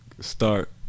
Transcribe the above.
Start